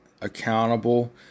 accountable